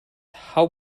how